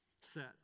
set